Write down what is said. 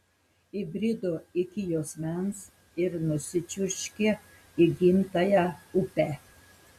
įbrido iki juosmens ir nusičiurškė į gimtąją upę